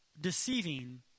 deceiving